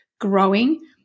growing